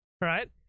right